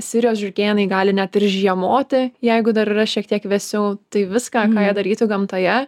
sirijos žiurkėnai gali net ir žiemoti jeigu dar yra šiek tiek vėsiau tai viską ką jie darytų gamtoje